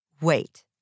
Wait